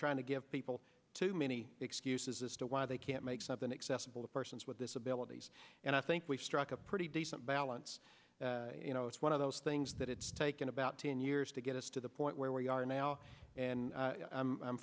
trying to give people too many excuses as to why they can't make something accessible to persons with disabilities and i think we've struck a pretty decent balance you know it's one of those things that it's taken about ten years to get us to the point where we are now and i'm